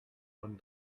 von